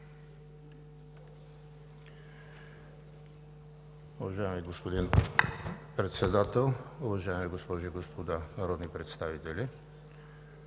Уважаеми господин Председател, уважаеми госпожи и господа народни представители!